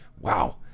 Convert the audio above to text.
Wow